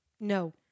no